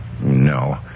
No